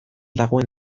dagoen